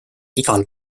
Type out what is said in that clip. igal